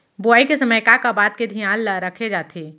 बुआई के समय का का बात के धियान ल रखे जाथे?